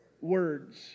Words